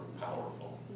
powerful